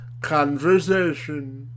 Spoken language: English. conversation